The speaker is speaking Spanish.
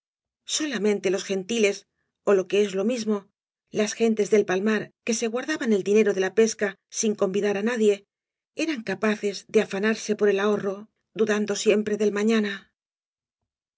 solamente ios gentiles ó lo que es lo mismo las gentes del palmar que se guardaban el dinero de la pesca sin convidar á nadie eran capaces de afanarse por el ahorro dudando siempre del mañana